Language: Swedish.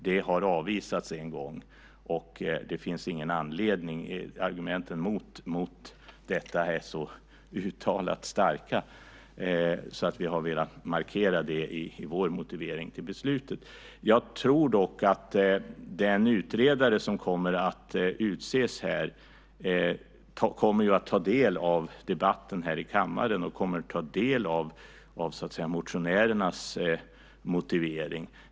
Det har avvisats en gång, och det finns ingen anledning att ta upp det igen. Argumenten emot detta är så uttalat starka att vi har velat markera det i vår motivering till beslutet. Jag tror dock att den utredare som kommer att utses kommer att ta del av debatten här i kammaren och motionärernas motivering.